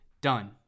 done